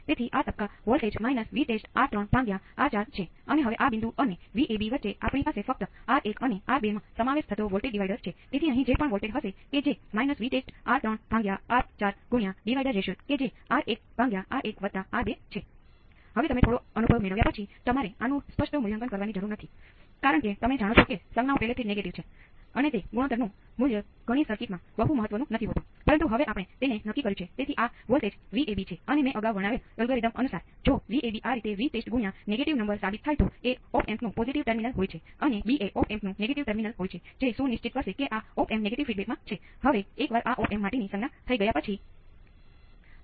તેથી તમે આ બે પદાવલિઓને આ વિશે વિચારી શકો છો અહીં તમારી પાસે સ્ટેડી સ્ટેટ છે અને પ્રારંભિક સ્થિતિ ક્ષીણ થઈ રહી છે